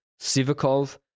Sivakov